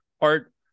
art